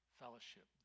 fellowship